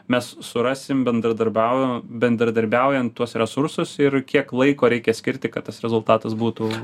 mes surasim bendradarbiauja bendradarbiaujant tuos resursus ir kiek laiko reikia skirti kad tas rezultatas būtų